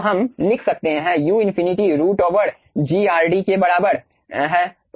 तो हम लिख सकते हैं u infinity root over GRD के बराबर है